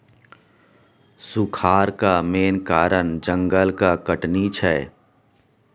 सुखारक मेन कारण जंगलक कटनी छै